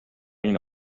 این